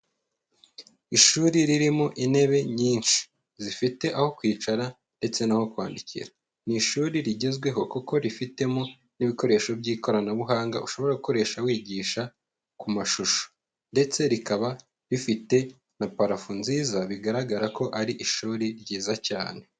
Ishuri ririmo intebe nyinshi. Zifite aho kwicara ndetse n'aho kwandikira. Ni ishuri rigezweho kuko rifitemo n'ibikoresho by'ikoranabuhanga ushobora gukoresha wigisha ku mashusho. Ndetse rikaba bifite na parafo nziza, bigaragara ko ari ishuri ryiza cyane.